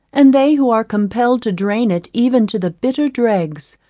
and they who are compelled to drain it even to the bitter dregs,